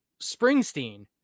Springsteen